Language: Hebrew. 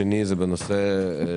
התיקון השני הוא בנושא הבנקים.